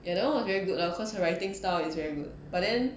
you know was very good lah cause you're writing style is very good but then